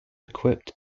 equipped